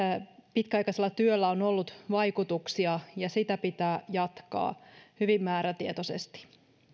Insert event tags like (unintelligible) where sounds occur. pitkäaikaisella työllä on ollut vaikutuksia (unintelligible) ja sitä pitää jatkaa hyvin määrätietoisesti